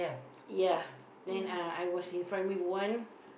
ya then uh I was in primary one